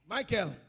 Michael